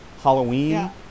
halloween